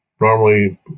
Normally